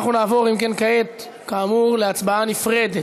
אנחנו נעבור, אם כן, כעת, כאמור, להצבעה נפרדת.